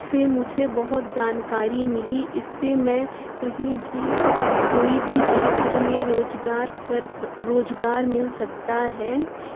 سے مجھے بہت جانکاری ملی اس سے میں کہیں بھی کوئی بھی چھیتر میں روزگار کر روزگار مل سکتا ہے